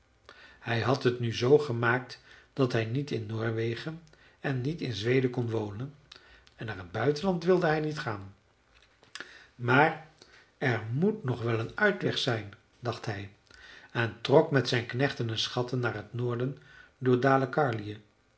hij had t nu zoo gemaakt dat hij niet in noorwegen en niet in zweden kon wonen en naar het buitenland wilde hij niet gaan maar er moet nog wel een uitweg zijn dacht hij en trok met zijn knechten en schatten naar t noorden